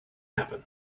happen